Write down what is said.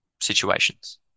situations